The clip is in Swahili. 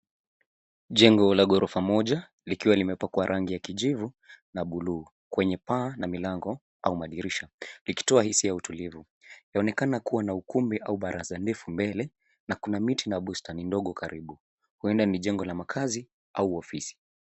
Jengo la ghorofa moja likiwa limepakwa rangi ya kijivu na buluu kwenye paa na milango au madirisha, likitoa hisia ya utulivu. Yaonekana kuwa na ukumbi au baraza ndefu mbele na kuna miti na bustani ndogo karibu, huenda ni jengo la makaazi au ofisi.